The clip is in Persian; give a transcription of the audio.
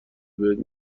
بهت